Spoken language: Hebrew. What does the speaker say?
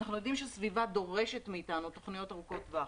אנחנו יודעים שסביבה דורשת מאיתנו תוכניות ארוכות טווח.